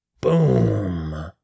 Boom